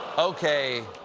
okay,